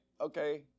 Okay